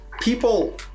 people